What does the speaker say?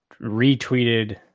retweeted